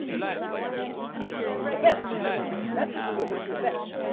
it's the best. it's the best not just good. it's the best